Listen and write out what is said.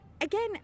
again